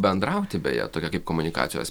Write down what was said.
bendrauti beje tokia kaip komunikacijos